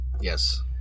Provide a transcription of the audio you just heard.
Yes